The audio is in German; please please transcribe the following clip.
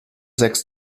sechs